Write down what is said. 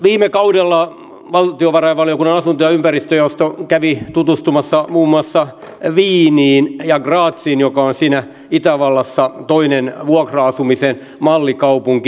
viime kaudella valtiovarainvaliokunnan asunto ja ympäristöjaosto kävi tutustumassa muun muassa wieniin ja graziin joka on itävallassa toinen vuokra asumisen mallikaupunki